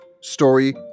story